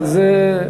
אבל זה,